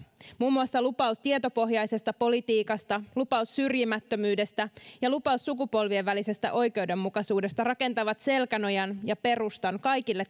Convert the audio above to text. muun muassa lupaus tietopohjaisesta politiikasta lupaus syrjimättömyydestä ja lupaus sukupolvien välisestä oikeudenmukaisuudesta rakentavat selkänojan ja perustan kaikille